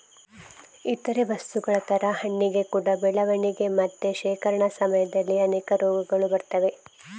ಇತರೇ ವಸ್ತುಗಳ ತರ ಹಣ್ಣಿಗೆ ಕೂಡಾ ಬೆಳವಣಿಗೆ ಮತ್ತೆ ಶೇಖರಣೆ ಸಮಯದಲ್ಲಿ ಅನೇಕ ರೋಗಗಳು ಬರ್ತವೆ